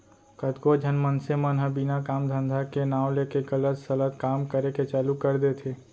कतको झन मनसे मन ह बिना काम धंधा के नांव लेके गलत सलत काम करे के चालू कर देथे